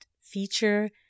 feature